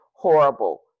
horrible